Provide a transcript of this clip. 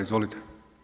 Izvolite.